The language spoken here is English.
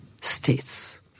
states